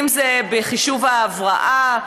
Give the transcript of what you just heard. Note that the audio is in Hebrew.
אם זה בחישוב ההבראה,